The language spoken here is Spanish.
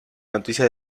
noticia